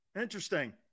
Interesting